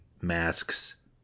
masks